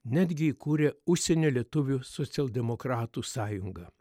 netgi įkūrė užsienio lietuvių socialdemokratų sąjungą